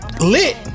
lit